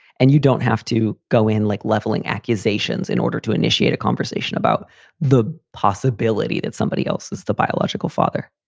and you don't have to go in like leveling accusations in order to initiate a conversation about the possibility that somebody else is the biological father.